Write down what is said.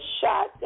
shot